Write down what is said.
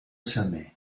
sommet